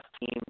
team